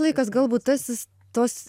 laikas gal būtasis tos